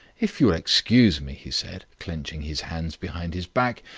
if you will excuse me, he said, clenching his hands behind his back,